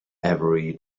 every